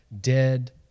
dead